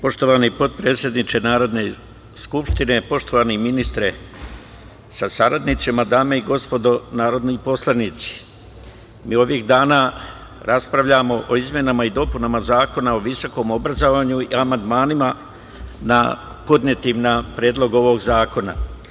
Poštovani potpredsedniče Narodne skupštine, poštovani ministre sa saradnicima, dame i gospodo narodni poslanici, mi ovih dana raspravljamo o izmenama i dopunama Zakona o visokom obrazovanju i amandmanima podnetim na predlog ovog zakona.